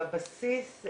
בבסיס,